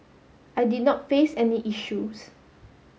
I did not face any issues